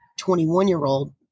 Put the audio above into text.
21-year-old